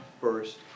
first